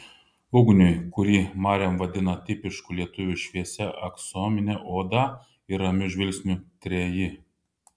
ugniui kurį mariam vadina tipišku lietuviu šviesia aksomine oda ir ramiu žvilgsniu treji